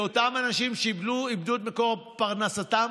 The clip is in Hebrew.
לאותם אנשים שאיבדו את מקור פרנסתם,